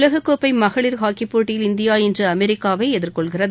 உலகக்கோப்பை மகளிர் ஹாக்கிப் போட்டியில் இந்தியா இன்று அமெரிக்காவை எதிர்கொள்கிறது